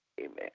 Amen